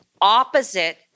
opposite